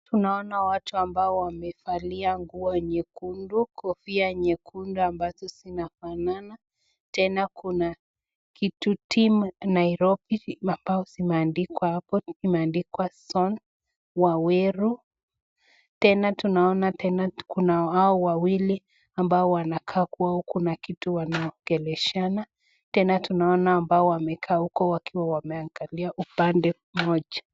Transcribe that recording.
Tunaona watu ambao wamevalia nguo nyekundu, kofia nyekundu ambazo zinafanana, tena kuna kitu timu Nairobi ambaye zimeandikwa John Waweru. Tena tunaona tena kuna wao wawili ambao wanakaa kua kitu wanaongeleshana. Tena tunawaona ambao wamekaa huko wakiwa wameangalia upande mmoja.